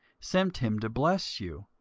sent him to bless you,